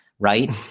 right